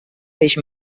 peix